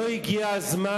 לא הגיע הזמן,